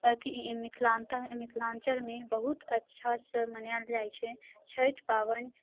अथी मिथिलान्तह मिथिलाञ्चलमे बहुत अच्छासँ मनाएल जाइ छै छठि पाबनि